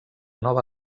nova